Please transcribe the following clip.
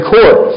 Court